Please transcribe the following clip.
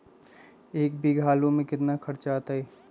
एक बीघा आलू में केतना खर्चा अतै?